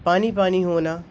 پانی پانی ہونا